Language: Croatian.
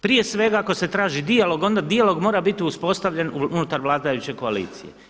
Prije svega, ako se traži dijalog, onda dijalog mora biti uspostavljen unutar vladajuće koalicije.